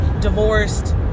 divorced